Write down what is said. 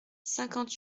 cinquante